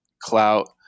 clout